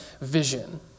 vision